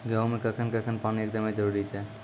गेहूँ मे कखेन कखेन पानी एकदमें जरुरी छैय?